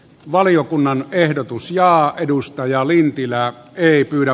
valiokunnan ehdotus ja edustaja lintilä ei pyydä